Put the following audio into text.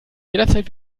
jederzeit